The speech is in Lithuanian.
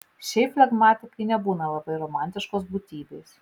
šiaip flegmatikai nebūna labai romantiškos būtybės